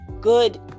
good